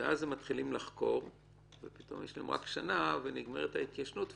ואז הם מתחילים לחקור ופתאום יש להם רק שנה ונגמרת ההתיישנות פורמלית,